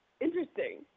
interesting